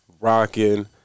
rocking